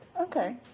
Okay